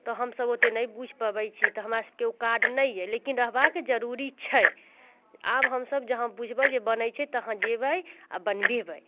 तऽ हमसब ओतेक नहि बूझि पबैत छी तऽ हमरा सबके ओ कार्ड नहि यऽ लेकिन रहबाके जरूरी छै आब हमसब जहाँ बूझबै जे बनैत छै तहाँ जयबै आ बनबेबै